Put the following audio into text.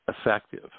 effective